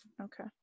Okay